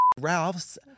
ralph's